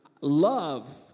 Love